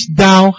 thou